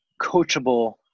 coachable